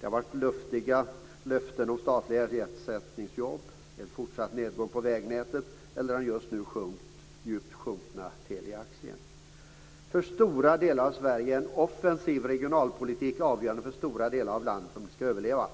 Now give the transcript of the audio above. Det har varit luftiga löften om statliga ersättningsjobb, en fortsatt minskning av satsningarna på vägnätet och just nu en djup nedgång för Teliaaktien. För stora delar av Sverige är en offensiv regionalpolitik avgörande om landet ska överleva.